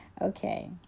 okay